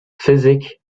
physique